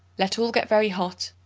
let all get very hot.